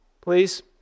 please